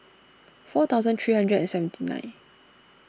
four thousand three hundred and seventy nine